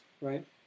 right